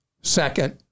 second